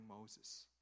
Moses